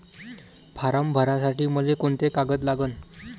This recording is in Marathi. फारम भरासाठी मले कोंते कागद लागन?